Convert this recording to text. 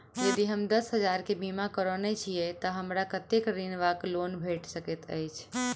यदि हम दस हजार केँ बीमा करौने छीयै तऽ हमरा कत्तेक ऋण वा लोन भेट सकैत अछि?